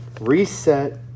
Reset